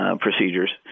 procedures